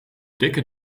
dikke